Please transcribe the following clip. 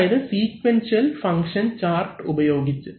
അതായത് sequential function chart ഉപയോഗിച്ച്